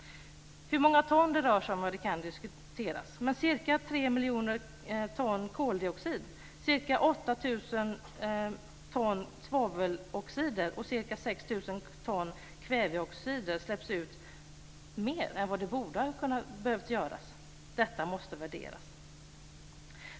Hur många ton det rör sig om kan diskuteras, men ca 3 miljoner ton koldioxid, ca 8 000 ton svaveloxider och ca 6 000 ton kväveoxider mer än vad som hade behövts släpps ut. Detta måste värderas.